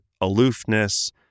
aloofness